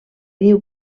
diu